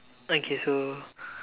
okay so